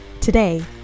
Today